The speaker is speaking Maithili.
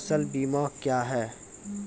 फसल बीमा क्या हैं?